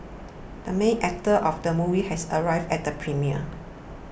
the main actor of the movie has arrived at the premiere